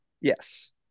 Yes